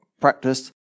practiced